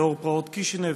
בשל פרעות קישינב